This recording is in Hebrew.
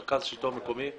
מרכז שלטון מקומי,